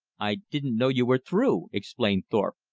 i didn't know you were through, explained thorpe,